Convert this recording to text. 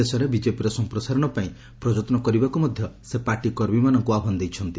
ଦେଶରେ ବିଜେପିର ସମ୍ପ୍ରସାରଣ ପାଇଁ ପ୍ରଯତ୍ନ କରିବାକୁ ମଧ୍ୟ ସେ ପାର୍ଟି କର୍ମୀମାନଙ୍କୁ ଆହ୍ୱାନ ଦେଇଛନ୍ତି